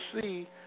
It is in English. see